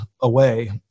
away